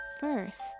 first